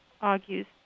argues